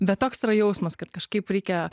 bet toks yra jausmas kad kažkaip reikia